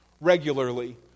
regularly